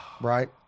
right